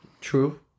true